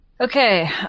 okay